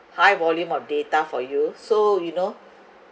high volume of data for you so you know